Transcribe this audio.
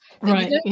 Right